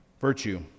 Virtue